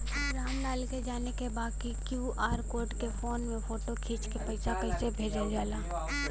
राम लाल के जाने के बा की क्यू.आर कोड के फोन में फोटो खींच के पैसा कैसे भेजे जाला?